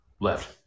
left